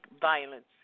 violence